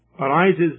arises